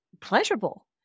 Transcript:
pleasurable